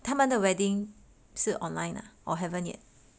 他们的 wedding 是 online uh or haven't yet